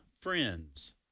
Friends